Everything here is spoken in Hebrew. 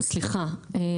סליחה,